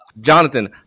Jonathan